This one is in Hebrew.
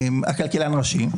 כלכלן ראשי,